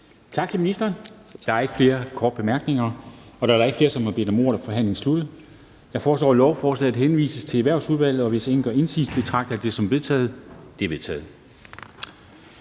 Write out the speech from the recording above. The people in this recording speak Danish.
Tak til ministeren. Der er ikke flere korte bemærkninger. Da der ikke er flere, som har bedt om ordet, er forhandlingen sluttet. Jeg foreslår, at lovforslaget henvises til Erhvervsudvalget. Hvis ingen gør indsigelse, betragter jeg det som vedtaget. Det er vedtaget.